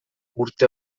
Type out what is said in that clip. urte